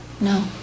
No